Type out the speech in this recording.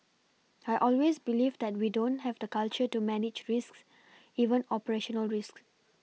I always believe that we don't have the culture to manage risks even operational risks